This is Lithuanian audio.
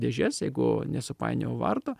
dėžės jeigu nesupainiojau vardo